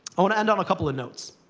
i want to end on a couple of notes.